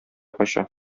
кача